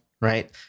right